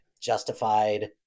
justified